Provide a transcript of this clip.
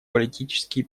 политические